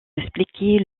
expliquer